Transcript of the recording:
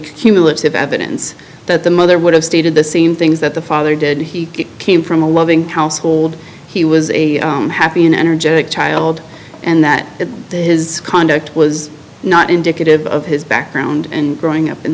cumulative evidence that the mother would have stated the same things that the father did he came from a loving household he was a happy and energetic child and that his conduct was not indicative of his background and growing up in